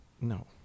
No